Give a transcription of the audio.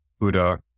Buddha